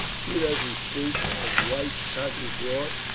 two dozen suits of white cotton cloth,